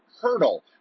hurdle